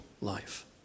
life